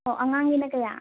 ꯑꯣ ꯑꯉꯥꯡꯒꯤꯅ ꯀꯌꯥ